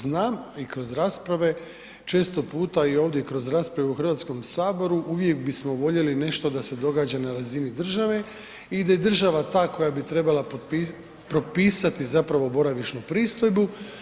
Znam i kroz rasprave često puta i ovdje kroz rasprave u HS uvijek bismo voljeli nešto da se događa na razini države i da je država ta koja bi trebala propisati zapravo boravišnu pristojbu.